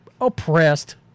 oppressed